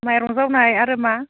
माइरं जावनाय आरो मा